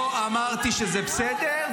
לא אמרתי שזה בסדר,